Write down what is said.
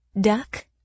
Duck